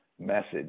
message